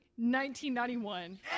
1991